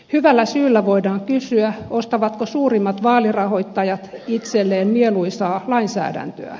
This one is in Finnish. hyvällä syyllä voidaan kysyä ostavatko suurimmat vaalirahoittajat itselleen mieluisaa lainsäädäntöä